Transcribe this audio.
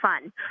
fun